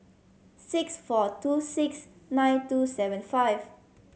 six four two six nine two seven five